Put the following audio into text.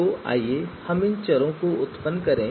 तो आइए हम इन चरों को भी उत्पन्न करें